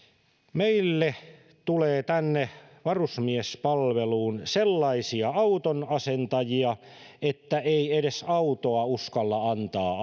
meille tulee tänne varusmiespalveluun sellaisia autonasentajia että ei edes autoa uskalla antaa